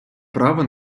право